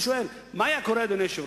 ואני שואל, מה היה קורה, אדוני היושב-ראש,